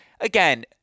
again